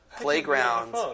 playground